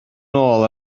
nôl